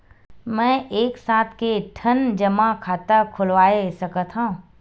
मैं एक साथ के ठन जमा खाता खुलवाय सकथव?